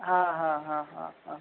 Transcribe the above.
हाँ हाँ हाँ हाँ हाँ